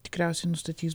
tikriausiai nustatys